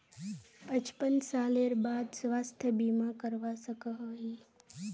पचपन सालेर बाद स्वास्थ्य बीमा करवा सकोहो ही?